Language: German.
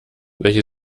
welche